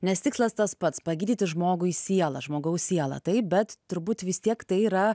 nes tikslas tas pats pagydyti žmogui sielą žmogaus sielą taip bet turbūt vis tiek tai yra